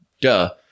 duh